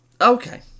Okay